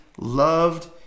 loved